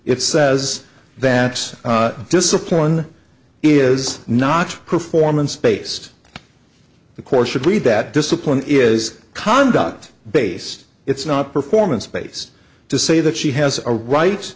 it says that discipline is not performance based the core should read that discipline is conduct based it's not performance space to say that she has a right